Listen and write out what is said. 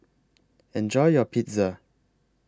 Enjoy your Pizza